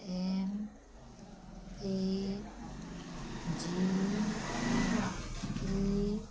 N A G A